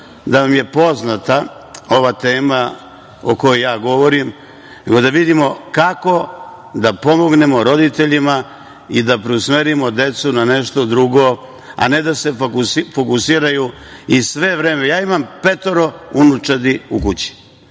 da vam je poznata ova tema o kojoj ja govorim, pa da vidimo kako da pomognemo roditeljima i da preusmerimo decu na nešto drugo, a ne da se fokusiraju i sve vreme…Ja imam petoro unučadi u kući.